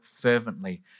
fervently